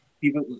people